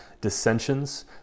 dissensions